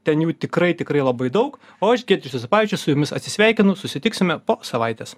ten jų tikrai tikrai labai daug o aš giedrius juozapavičius su jumis atsisveikinu susitiksime po savaitės